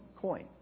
coin